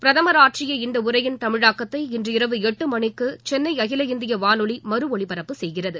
பிரதமர் ஆற்றிய இந்த உரையின் தமிழாக்கத்தை இன்றிரவு எட்டு மணிக்கு சென்னை அகில இந்திய வானொலி மறு ஒலிபரப்பு செய்கிறது